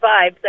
vibes